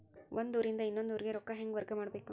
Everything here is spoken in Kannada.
ಒಂದ್ ಊರಿಂದ ಇನ್ನೊಂದ ಊರಿಗೆ ರೊಕ್ಕಾ ಹೆಂಗ್ ವರ್ಗಾ ಮಾಡ್ಬೇಕು?